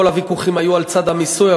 כל הוויכוחים היו על צד המיסוי,